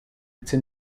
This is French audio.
été